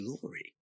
glory